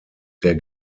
der